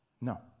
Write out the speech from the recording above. No